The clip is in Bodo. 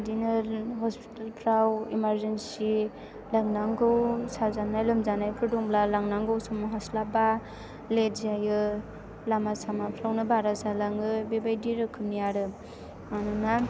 बिदिनो हस्पिटालफोराव इमारजेन्सि लांनांगौ साजानाय लोमजानायफोर दंब्ला लांनांगौ समाव हास्लाबा लेट जायो लामा सामाफ्रावनो बारा जालाङो बेबायदि रोखोमनि आरो मानोना